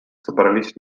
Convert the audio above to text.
собрались